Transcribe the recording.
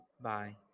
Bye